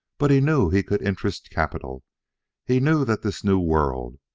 but he knew he could interest capital he knew that this new world,